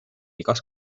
igas